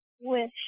wish